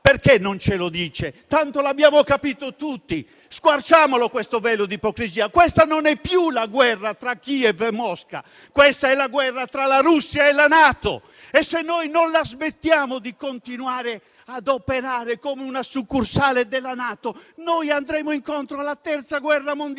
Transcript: perché non ce lo dice? Lo abbiamo capito tutti, per cui squarciamo questo velo di ipocrisia: questa non è più la guerra tra Kiev e Mosca, questa è la guerra tra la Russia e la NATO e, se non la smettiamo di continuare a operare come una succursale della NATO, andremo incontro alla terza guerra mondiale.